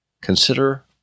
consider